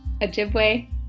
Ojibwe